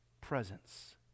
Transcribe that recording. presence